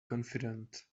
confident